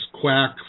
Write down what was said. quack